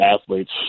athletes